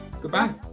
Goodbye